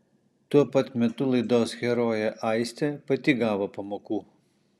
tuo pat metu laidos herojė aistė pati gavo pamokų